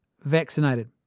vaccinated